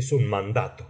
es un mandato